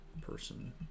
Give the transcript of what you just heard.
person